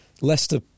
Leicester